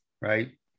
right